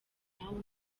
nawe